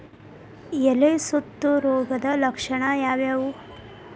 ಎಲೆ ಸುತ್ತು ರೋಗದ ಲಕ್ಷಣ ಯಾವ್ಯಾವ್?